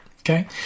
Okay